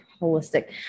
holistic